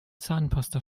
zahnpasta